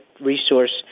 resource